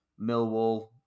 Millwall